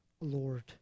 Lord